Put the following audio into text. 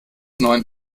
neuen